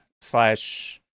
slash